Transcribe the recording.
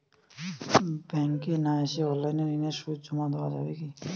ব্যাংকে না এসে অনলাইনে ঋণের সুদ জমা দেওয়া যাবে কি?